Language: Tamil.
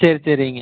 சரி சரிங்க